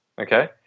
Okay